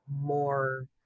more